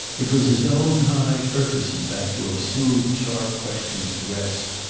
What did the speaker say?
it was his own high purpose in fact to have smoothed sharp questions to rest.